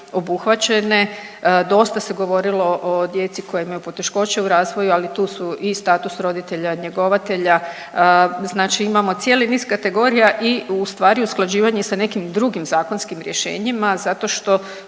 obuhvaćene. Dosta se govorilo o djeci koja imaju poteškoće u razvoju, ali tu su i status roditelja njegovatelja, znači imamo cijeli niz kategorija i u stvari usklađivanje sa nekim drugim zakonskim rješenjima zato što